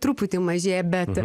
truputį mažėja bet